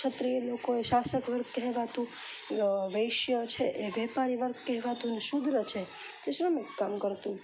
ક્ષત્રિય લોકોએ શાસક વર્ગ કહેવાતું વૈશ્ય છે એ વેપારી વર્ગ કહેવાતું એ શુદ્ર છે તે શ્રમિક કામ કરતું